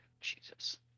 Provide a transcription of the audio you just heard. jesus